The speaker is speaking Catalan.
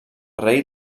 rei